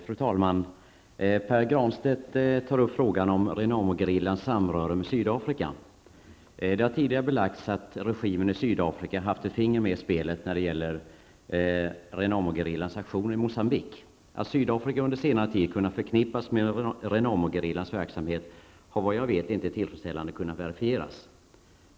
Fru talman! Pär Granstedt tar upp frågan om Renamogerillans samröre med Sydafrika. Det har tidigare belagts att regimen i Sydafrika haft ett finger med i spelet när det gällt Renamogerillans aktioner i Moçambique. Att Sydafrika under senare tid har kunnat förknippas med Renamogerillans verksamhet har -- vad jag vet -- inte tillfredsställande kunnat verifieras.